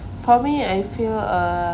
for me I feel uh